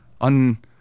On